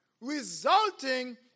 resulting